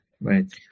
right